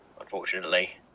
unfortunately